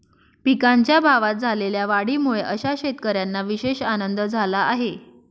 पिकांच्या भावात झालेल्या वाढीमुळे अशा शेतकऱ्यांना विशेष आनंद झाला आहे